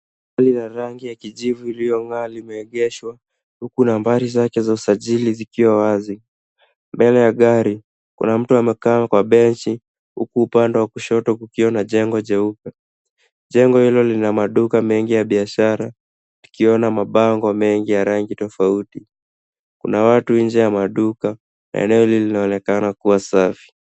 Gari la rangi ya kijivu iliyong'aa limeegeshwa huku nambari zake za usajili zikiwa wazi. Mbele ya gari kuna mtu amekaa kwa benchi huku upande wa kushoto kukiwa na jengo jeupe. Jengo hilo lina maduka mengi ya biashara yakiwa na mabango mengi ya rangi tofauti. Kuna watu nje ya maduka na eneo hii linaonekana kuwa safi.